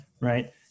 right